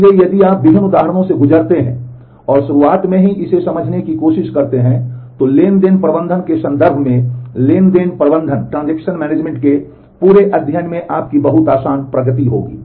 इसलिए यदि आप विभिन्न उदाहरणों से गुजरते हैं और शुरुआत में ही इसे समझने की कोशिश करते हैं तो ट्रांज़ैक्शन प्रबंधन के संदर्भ में ट्रांज़ैक्शन प्रबंधन के पूरे अध्ययन में आपकी बहुत आसान प्रगति होगी